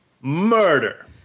Murder